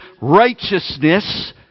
righteousness